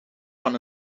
van